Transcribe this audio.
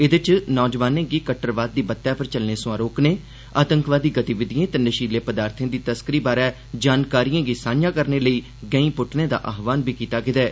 एह्दे च नौजवानें गी कट्टरवाद दी बत्तै पर चलने सोआं रोकने आतंकवादी गतिविधिएं ते नशीले पदार्थें दी तस्करी बारै जानकारिएं गी सांझा करने लेई गैंह पुट्टने दा आहवान बी कीता गेदा ऐ